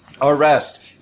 arrest